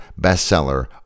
bestseller